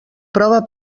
prova